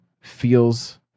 feels